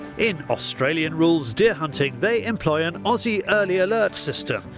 in australian-rules deer hunting they employ an aussie early alert system.